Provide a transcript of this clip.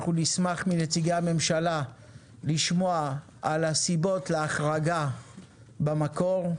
נשמח לשמוע מנציגי הממשלה על הסיבות להחרגה במקור,